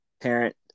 parent